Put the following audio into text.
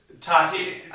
Tati